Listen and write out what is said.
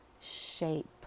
shape